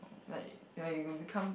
like like you will become